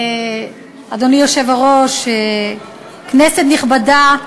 אדוני היושב-ראש, כנסת נכבדה,